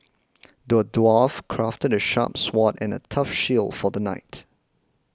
the dwarf crafted the sharp sword and a tough shield for the knight